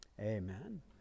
amen